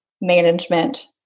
management